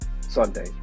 Sunday